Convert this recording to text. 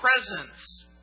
presence